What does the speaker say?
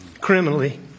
criminally